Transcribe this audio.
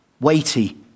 weighty